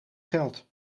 geld